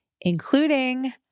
including